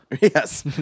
Yes